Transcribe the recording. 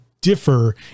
differ